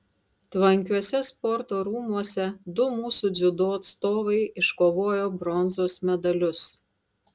tvankiuose sporto rūmuose du mūsų dziudo atstovai iškovojo bronzos medalius